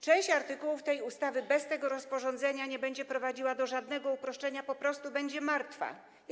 Część artykułów tej ustawy bez tego rozporządzenia nie będzie prowadziła do żadnego uproszczenia, po prostu będą one martwe.